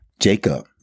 Jacob